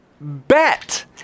bet